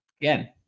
again